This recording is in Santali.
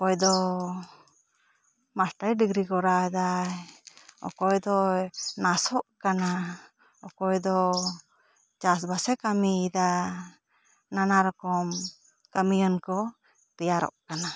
ᱚᱠᱚᱭ ᱫᱚ ᱢᱟᱥᱴᱟᱨᱤ ᱰᱤᱜᱽᱨᱤ ᱠᱚᱨᱟᱣ ᱮᱫᱟᱭ ᱚᱠᱚᱭ ᱫᱚ ᱱᱟᱨᱥᱚᱜ ᱠᱟᱱᱟᱭ ᱚᱠᱚᱭ ᱫᱚ ᱪᱟᱥ ᱵᱟᱥ ᱮ ᱠᱟᱹᱢᱤ ᱮᱫᱟ ᱱᱟᱱᱟ ᱨᱚᱠᱚᱢ ᱠᱟᱹᱢᱤᱭᱟᱱ ᱠᱚ ᱛᱮᱭᱟᱨᱚᱜ ᱠᱟᱱᱟ